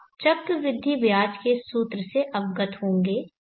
आप चक्रवृद्धि ब्याज के सूत्र से अवगत होंगे